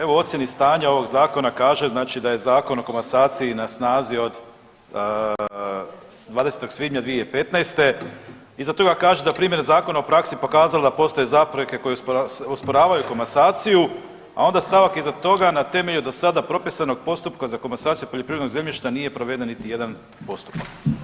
Evo o ocjeni stanja ovoga zakona kaže znači da je Zakon o komasaciji na snazi od 20. svibnja 2015. iza toga kaže da je primjena zakona u praksi pokazala da postoje zapreke koje usporavaju komasaciju, a onda stavak iza toga na temelju do sada propisanog postupka za komasaciju poljoprivrednog zemljišta nije proveden niti jedan postupak.